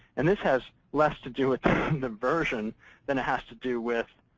and this has less to do with the version than it has to do with